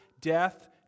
death